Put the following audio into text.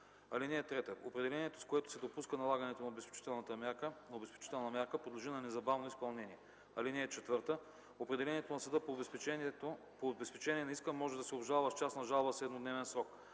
(3) Определението, с което се допуска налагането на обезпечителна мярка, подлежи на незабавно изпълнение. (4) Определението на съда по обезпечение на иска може да се обжалва с частна жалба с 7-дневен срок.